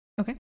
Okay